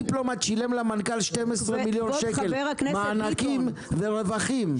דיפלומט שילם למנכ"ל 12 מיליון שקל מענקים ורווחים.